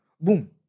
boom